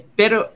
pero